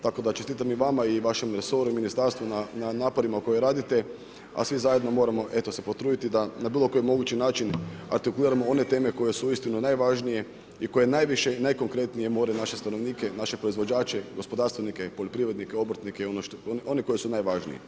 Tako da čestitam i vama i vašem resoru i ministarstvu na naporima koje radite a svi zajedno moramo eto se potruditi da na bilo kojim mogući način artikuliramo one teme koje su uistinu najvažnije i koje najviše i najkonkretnije more naše stanovnike i naše proizvođače, gospodarstvenike, poljoprivrednike, obrtnike i one koji su najvažniji.